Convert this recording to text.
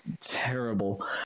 Terrible